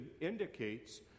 indicates